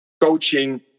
coaching